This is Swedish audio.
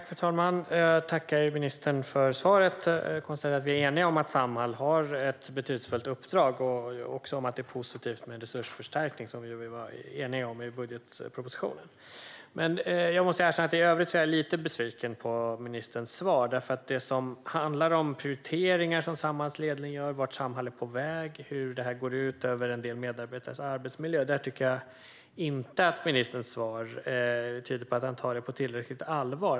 Fru talman! Jag tackar ministern för svaret. Jag konstaterar att vi är eniga om att Samhall har ett betydelsefullt uppdrag och att det är positivt med resursförstärkning, så som vi var eniga om i budgetpropositionen. Jag måste dock erkänna att jag i övrigt är lite besviken på ministerns svar. När det gäller det som handlar om prioriteringar som Samhalls ledning gör, vart Samhall är på väg och hur detta går ut över en del medarbetares arbetsmiljö tycker jag inte att ministerns svar tyder på att han tar detta på tillräckligt stort allvar.